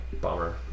Bummer